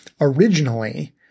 Originally